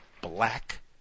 black